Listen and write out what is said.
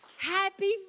Happy